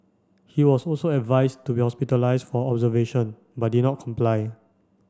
he was also advised to be hospitalised for observation but did not comply